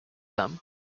them